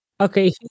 Okay